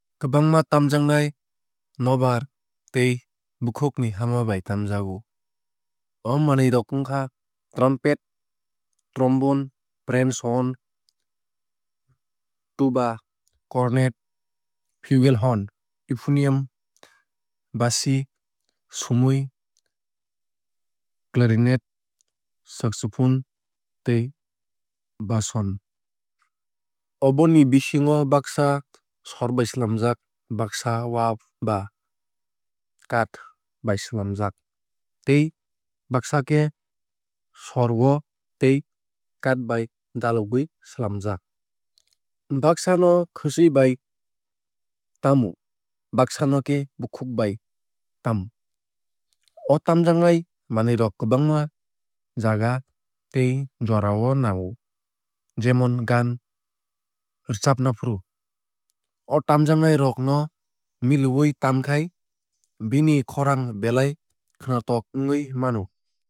Kwbangma tamjaknai nokbar tei bukhuk ni hama bai tamjago. O manuwui rok wngkha trumpet trombone french horn tuba cornet flugelhorn euphonium basi sumui clarinet saxophone tei basson. Oboni bisingo baksa sor bai swlamjak baksa wa ba kath bai swlamjak tei baksa khe sor wa tei kath bai dalogwui swlamjak. baksa no khwchwui bai tamo baksa no khe bukhuk bai tamo. O tamjaknai manwui rok kwbangma jaga tei jora o nango jemon gaan rwchabnafru. O tamjaknai rok no miliwui tamkhai bini khorang belai khwnatok wngwui mano.